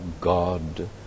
God